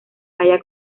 falla